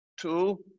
two